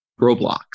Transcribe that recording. Roblox